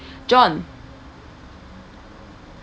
john